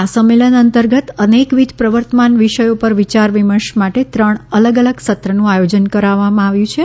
આ સંમેલન અંતર્ગત અનેકવિધ પ્રવર્તમાન વિષયો પર વિચારવિમર્શ માટે ત્રણ અલગ અલગ સત્રનું આયોજન કરવામાં આવ્યું છે